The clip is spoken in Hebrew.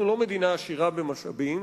אנחנו לא מדינה עשירה במשאבים,